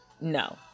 No